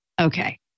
Okay